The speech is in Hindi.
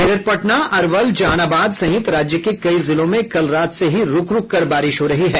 इधर पटना अरवल जहानाबाद सहित राज्य के कई जिलों में कल रात से ही रूक रूक कर बारिश हो रही है